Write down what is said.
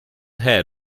head